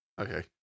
Okay